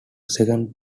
second